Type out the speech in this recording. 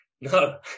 No